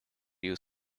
you